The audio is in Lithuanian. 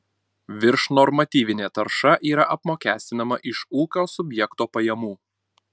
viršnormatyvinė tarša yra apmokestinama iš ūkio subjekto pajamų